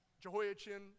Jehoiachin